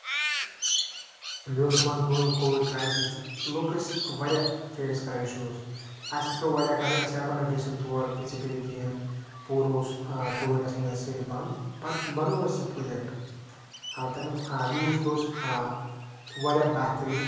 بیٚیہِ اوس تٕمَن دۄہَن کووِڈ کرایسز تہِ لُکھ ٲسۍ واریاہ فیس کران اِشوٗز اَسہِ تہِ پیوٚو واریاہ کَرُن أسۍ ہٮ۪کَو نہٕ گٔژھِتھ تور فِزِکٔلی کِہیٖنۍ نہٕ پوٗرٕ اوس کووِڈَس منٛز سٲری بَند پَتہٕ بَنو اَسہِ سُہ پروجٮ۪کٹ تَمیُک تَمیُک یوٗز تہِ اوس واریاہ بہتٔرٮ۪ن